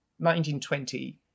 1920